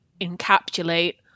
encapsulate